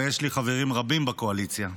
ויש לי חברים רבים בקואליציה.